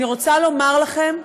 אני רוצה לומר לכם,